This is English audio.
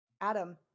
Adam